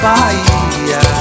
Bahia